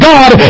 God